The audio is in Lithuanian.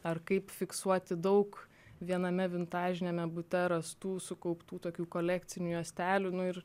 ar kaip fiksuoti daug viename vintažiniame bute rastų sukauptų tokių kolekcinių juostelių nu ir